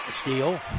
Steal